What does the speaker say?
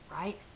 right